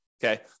Okay